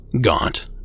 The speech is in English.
gaunt